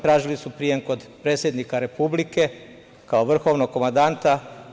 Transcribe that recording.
Tražili su prijem kod predsednika Republike kao vrhovnog komandanta.